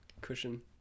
cushion